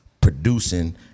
producing